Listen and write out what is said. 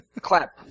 Clap